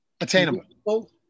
attainable